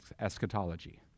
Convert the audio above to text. eschatology